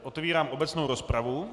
Otevírám obecnou rozpravu.